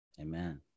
Amen